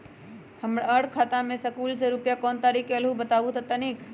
हमर खाता में सकलू से रूपया कोन तारीक के अलऊह बताहु त तनिक?